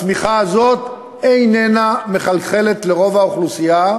הצמיחה הזאת איננה מחלחלת לרוב האוכלוסייה,